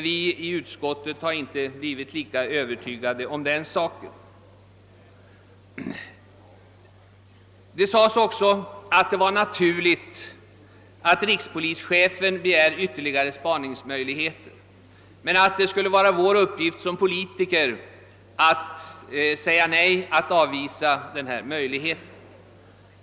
Vi i utskottet har inte blivit lika övertygade om den saken. Det sades också att det var naturligt, att rikspolischefen begär ytterligare spaningsmöjligheter men att det skulle vara vår uppgift som politiker att säga nej.